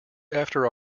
after